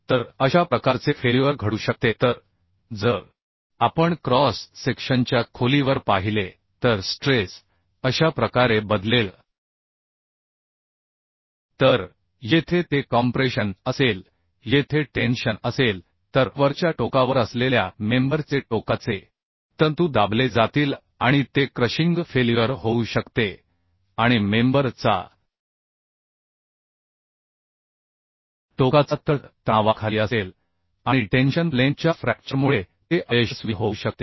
तर अशा प्रकारचे अपयश घडू शकते तर जर आपण क्रॉस सेक्शनच्या खोलीवर पाहिले तर स्ट्रेस अशा प्रकारे बदलेल तर येथे ते कॉम्प्रेशन असेल येथे टेन्शन असेल तरवरच्या टोकावर असलेल्या मेंबर चे टोकाचे तंतू दाबले जातील आणि ते क्रशिंग फेल्युअर होऊ शकते आणि मेंबर चा टोकाचा तळ तणावाखाली असेल आणि टेन्शन प्लेन च्या फ्रॅक्चरमुळे ते अयशस्वी होऊ शकते